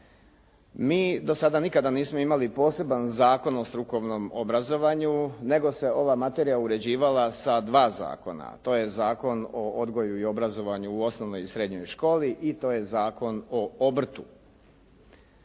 Mi do sada nikada nismo imali poseban zakon o strukovnom obrazovanju nego se ova materija uređivala sa dva zakona. To je Zakon o odgoju i obrazovanju u osnovnoj i srednjoj školi i to je Zakon o obrtu.